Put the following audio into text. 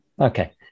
Okay